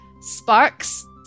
sparks